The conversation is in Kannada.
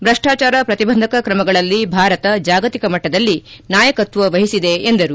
ಭ್ರಷ್ಟಾಚಾರ ಪ್ರತಿಬಂಧಕ ಕ್ರಮಗಳಲ್ಲಿ ಭಾರತ ಜಾಗತಿಕ ಮಟ್ಟದಲ್ಲಿ ನಾಯಕತ್ವ ವಹಿಸಿದೆ ಎಂದರು